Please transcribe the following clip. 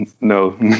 no